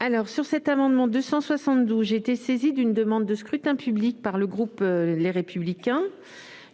mets aux voix l'amendement n° 272 rectifié. J'ai été saisie d'une demande de scrutin public émanant du groupe Les Républicains.